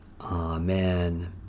Amen